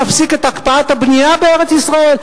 נפסיק את הקפאת הבנייה בארץ-ישראל?